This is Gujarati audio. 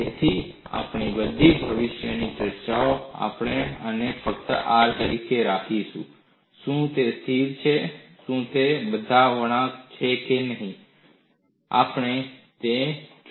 તેથી આપણી બધી ભવિષ્યની ચર્ચામાં આપણે આને ફક્ત R તરીકે રાખીશું શું તે સ્થિર છે શું તે બધા વળાંક છે કે નહીં આપણે તેને જોઈએ છીએ